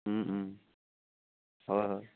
হয় হয়